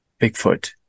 Bigfoot